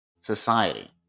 society